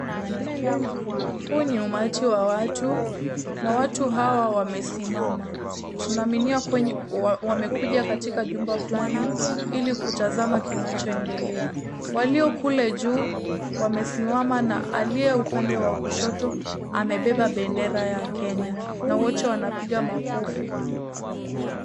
Huu ni umati wa watu na watu hao wamesimama. Tunaaminia wamekuja katika jumba fulani ili kutazama kinachoendelea. Walio kule juu wamesimama na aliye upande wa kushoto amebeba bendera ya Kenya na wote wanapiga makofi.